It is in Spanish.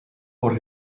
por